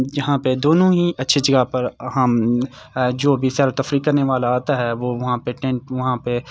یہاں پہ دونوں ہی اچھی جگہ پر اہم جو بھی سیر و تفیریح کرنے والا آتا ہے وہ وہاں پہ ٹینٹ وہاں پہ